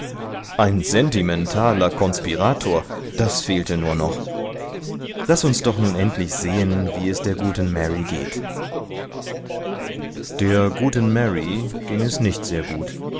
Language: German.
ein sentimentaler konspirator das fehlte nur noch laß uns doch nun endlich sehen wie es der guten mary geht der guten mary ging es nicht sehr gut